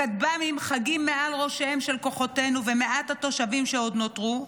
הכתב"מים חגים מעל ראשיהם של כוחותינו ומעט התושבים שעוד נותרו,